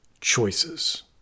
choices